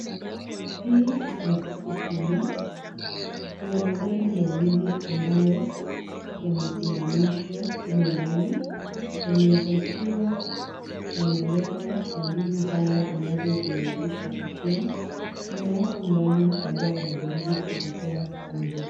Hii ni soko kubwa. Kuna magari mawili ambayo yamesimamishwa humu ndani. Yanaweza kuwa yameleta mandizi haya ambazo zimelalishwa hapa chini. Kuna watu ndani ambao wanajaribu kuzitoa nje.